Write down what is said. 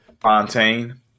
Fontaine